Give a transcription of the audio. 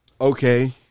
Okay